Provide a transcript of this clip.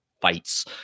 fights